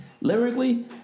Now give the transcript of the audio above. Lyrically